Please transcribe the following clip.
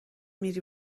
میری